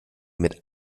mit